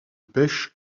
pêche